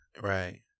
right